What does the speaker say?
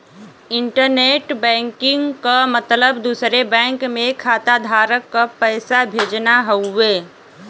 internet banking क मतलब दूसरे बैंक में खाताधारक क पैसा भेजना हउवे